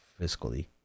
fiscally